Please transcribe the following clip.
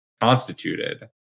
constituted